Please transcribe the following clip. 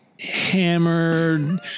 Hammered